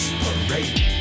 parade